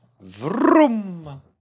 Vroom